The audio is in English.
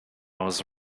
was